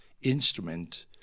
instrument